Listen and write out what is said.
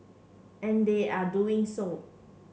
and they are doing so